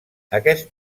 aquest